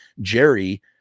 Jerry